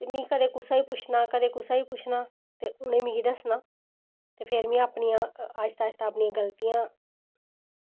ते में कदें कुसै गी पुच्छना कदें कुसै गी पुच्छना ते उनें मिगी दस्सना ते फिर में आस्ता आस्ता अपनियां गलतियां